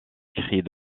écrit